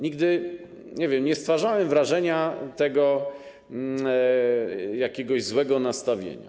Nigdy, nie wiem, nie stwarzałem wrażenia jakiegoś złego nastawienia.